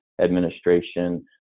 administration